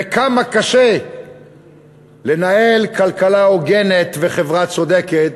וכמה קשה לנהל כלכלה הוגנת וחברה צודקת